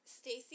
Stacey